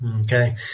Okay